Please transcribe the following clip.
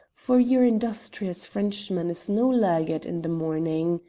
for your industrious frenchman is no laggard in the morning.